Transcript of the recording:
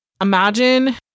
Imagine